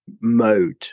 mode—